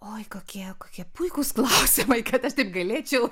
oi kokie kokie puikūs klausimai kad aš taip halėčiau